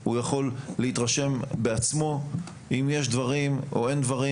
הוא יכול להתרשם בעצמו אם יש דברים או אין דברים.